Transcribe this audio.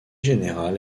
général